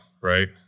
right